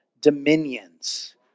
dominions